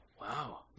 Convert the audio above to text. Wow